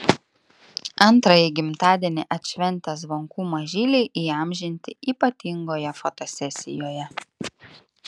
antrąjį gimtadienį atšventę zvonkų mažyliai įamžinti ypatingoje fotosesijoje